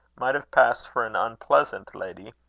might have passed for an unpleasant lady.